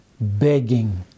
begging